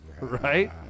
Right